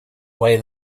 way